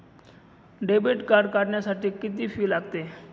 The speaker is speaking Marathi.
डेबिट कार्ड काढण्यासाठी किती फी लागते?